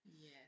Yes